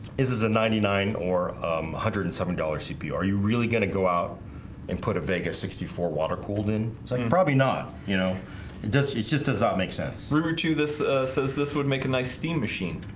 is is a ninety nine or one hundred and seven dollar cp are you really gonna go out and put a vegas sixty four water-cooled in like probably not? you know does she just does not make sense river to this says this would make a nice steam machine